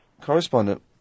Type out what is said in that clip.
Correspondent